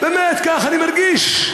באמת, כך אני מרגיש.